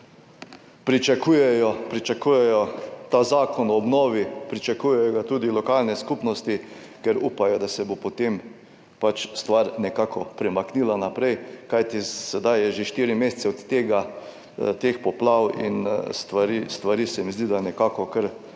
pričakujejo ta Zakon o obnovi, pričakujejo ga tudi lokalne skupnosti, ker upajo, da se bo, potem pač stvar nekako premaknila naprej, kajti sedaj je že štiri mesece od tega, teh poplav in stvari, stvari se mi zdi, da nekako kar